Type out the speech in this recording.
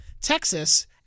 Texas